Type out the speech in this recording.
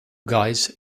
guys